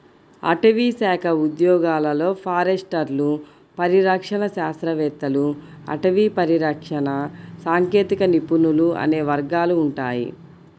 అటవీశాఖ ఉద్యోగాలలో ఫారెస్టర్లు, పరిరక్షణ శాస్త్రవేత్తలు, అటవీ పరిరక్షణ సాంకేతిక నిపుణులు అనే వర్గాలు ఉంటాయి